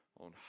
on